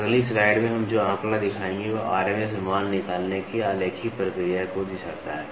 अगली स्लाइड में हम जो आंकड़ा दिखाएंगे वह RMS मान निकालने की आलेखी प्रक्रिया को दर्शाता है